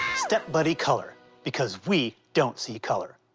step buddy color because we don't see color.